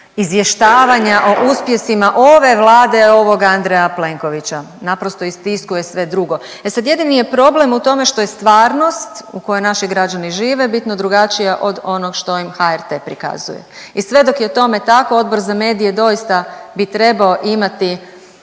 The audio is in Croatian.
izvještavanja o uspjesima ove Vlade i ovog Andreja Plenkovića, naprosto istiskuje sve drugo. E sad jedini je problem u tome što je stvarnost u kojoj naši građani žive bitno drugačija od onog što im HRT prikazuje i sve dok je tome tako Odbor za medije doista bi trebao imati